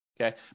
Okay